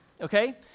Okay